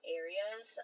areas